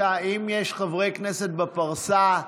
אם יש חברי כנסת בפרסה,